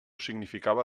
significava